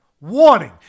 Warning